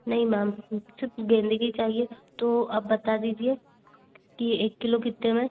नहीं मैम सिर्फ गेंदे के ही चाहिए ताे आप बता दीजिए कि एक किलो कितने में